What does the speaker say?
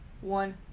one